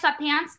sweatpants